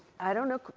i don't know,